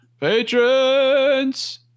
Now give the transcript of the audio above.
patrons